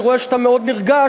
אני רואה שאתה מאוד נרגש,